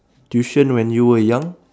tuition when you were young